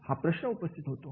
हा प्रश्न उपस्थित होतो